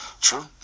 True